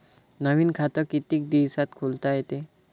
नवीन खात कितीक दिसात खोलता येते?